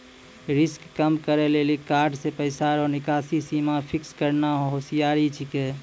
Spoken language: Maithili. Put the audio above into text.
रिस्क कम करै लेली कार्ड से पैसा रो निकासी सीमा फिक्स करना होसियारि छिकै